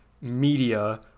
media